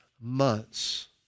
months